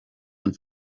and